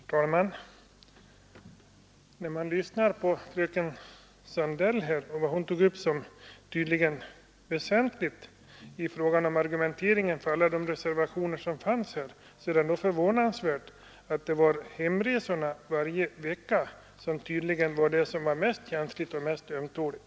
Herr talman! När jag lyssnade på fröken Sandell och noterade vad hon tydligen ansåg vara väsentligt i argumenteringen för alla de reservationer som avgivits, så förvånade det mig att det var hemresorna varje vecka som var det mest känsliga och ömtåliga.